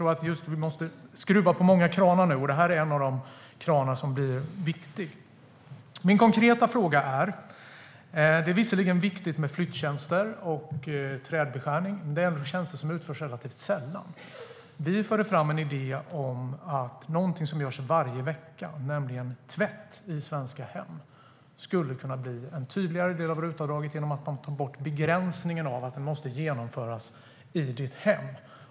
Jag tror nämligen att vi måste skruva på många kranar nu, och det här är en av de kranar som blir viktiga. Min konkreta fråga handlar om att det visserligen är viktigt med flyttjänster och trädbeskärning, men det är ändå tjänster som utförs relativt sällan. Vi förde fram en idé om att någonting som görs varje vecka i svenska hem, nämligen tvätt, skulle kunna bli en tydligare del av RUT-avdraget genom att man tar bort begränsningen att arbetet måste utföras i ditt hem.